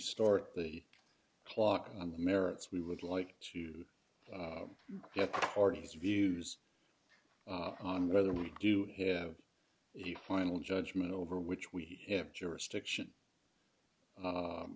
start the clock on the merits we would like to hear parties or views on whether we do have the final judgement over which we have jurisdiction